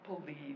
believe